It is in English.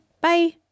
Bye